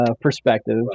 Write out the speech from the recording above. perspective